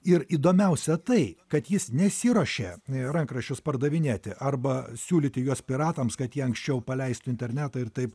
ir įdomiausia tai kad jis nesiruošė rankraščius pardavinėti arba siūlyti juos piratams kad jie anksčiau paleistų į internetą ir taip